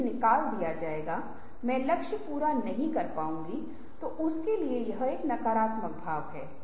और लोगों को यह भी सिखाएं कि उद्यमशील प्रथाओं के मूल सेट को अपनाने से उनके कामकाजी जीवन में लाभ संभव था